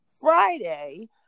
Friday